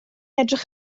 edrych